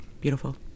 Beautiful